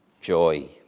joy